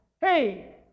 Hey